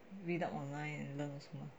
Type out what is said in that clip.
read up online and learn also mah